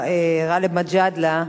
גאלב מג'אדלה.